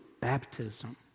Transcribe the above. baptism